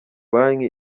banki